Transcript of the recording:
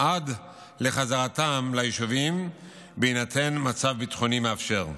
עד לחזרתם ליישובים בהינתן מצב ביטחוני מאפשר.